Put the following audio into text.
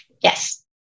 Yes